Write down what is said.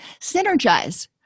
synergize